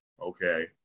Okay